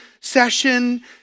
session